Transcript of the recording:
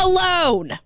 alone